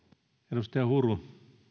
arvoisa puhemies